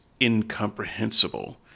incomprehensible